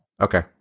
Okay